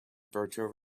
virtual